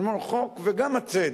אני אומר: החוק וגם הצדק,